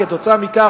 עקב כך שהמדינה,